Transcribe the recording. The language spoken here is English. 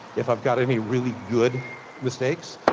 if i've got any really good mistakes,